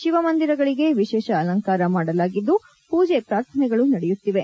ಶಿವ ಮಂದಿರಗಳಿಗೆ ವಿಶೇಷ ಅಲಂಕಾರ ಮಾಡಲಾಗಿದ್ದು ಪೂಜೆ ಪ್ರಾರ್ಥನೆಗಳು ನಡೆಯುತ್ತಿವೆ